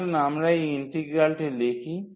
আসুন আমরা এই ইন্টিগ্রালটি লিখি